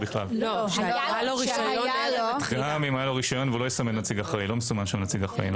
גם אם היה לו רשיון ולא יסמן נציג אחראי לא מסומן שם נציג אחראי.